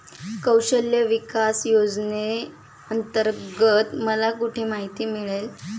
कौशल्य विकास योजनेअंतर्गत मला कुठे माहिती मिळेल?